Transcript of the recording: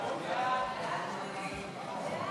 סעיפים 3 1